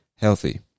healthy